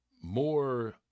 more